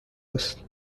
است